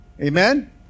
amen